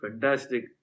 fantastic